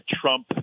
Trump